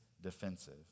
defensive